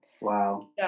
wow